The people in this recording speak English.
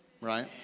right